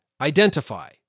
identify